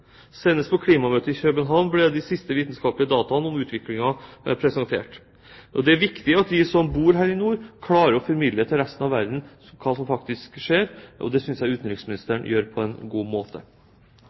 Senest på klimamøtet i København ble de siste vitenskapelige dataene om utviklingen presentert. Det er viktig at vi som bor her i nord, klarer å formidle til resten av verden hva som faktisk skjer, og det synes jeg